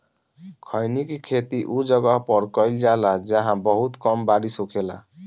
खईनी के खेती उ जगह पर कईल जाला जाहां बहुत कम बारिश होखेला